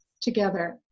together